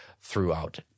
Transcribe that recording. throughout